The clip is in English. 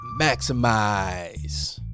maximize